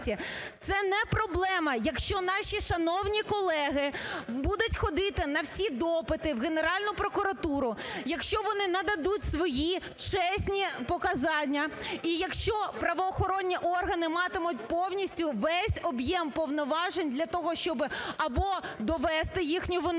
Це не проблема, якщо наші шановні колеги будуть ходити на всі допити в Генеральну прокуратуру, якщо вони нададуть свої, чесні показання, і якщо правоохоронні органи матимуть повністю, весь об'єм повноважень для того, щоб або довести їхню вину,